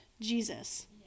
Jesus